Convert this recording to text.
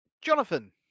Jonathan